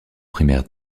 primaires